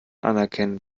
anerkennen